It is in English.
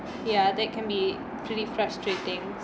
ya that can be pretty frustrating